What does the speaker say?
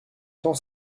temps